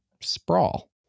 sprawl